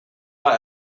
war